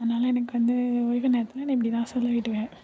அதனால எனக்கு வந்து ஓய்வு நேரத்தில் நான் இப்படிதான் செலவிடுவேன்